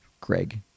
Greg